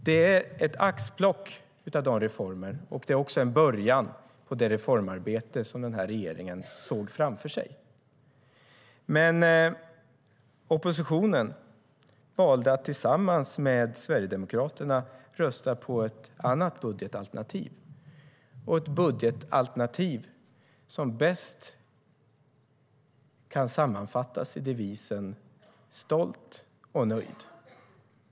Det är ett axplock av reformerna, och det var en början på det reformarbete som den här regeringen såg framför sig. Men oppositionen valde att tillsammans med Sverigedemokraterna rösta på ett annat budgetalternativ, som bäst kan sammanfattas med devisen "stolt och nöjd".